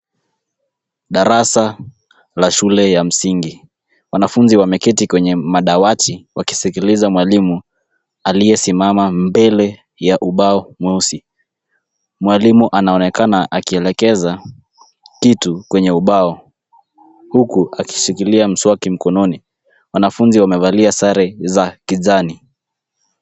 Darasa la shule ya msingi. Wanafunzi wameketi kwenye madawati wakisikikiza mwalimu aliyesimama mbele ya ubao mweusi. Mwalimu anaonekana akielekeza kitu kwenye ubao huku akishikilia mswaki mkononi. Wanafunzi wamevalia sare za kijani.